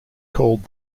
called